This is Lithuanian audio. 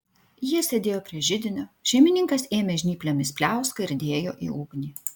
jie sėdėjo prie židinio šeimininkas ėmė žnyplėmis pliauską ir dėjo į ugnį